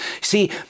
See